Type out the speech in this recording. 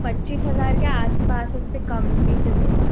पच्चीस हज़ार के आस पास उससे कम भी चलेगा